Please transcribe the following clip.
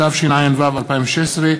התשע"ו 2016,